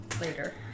later